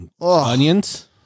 onions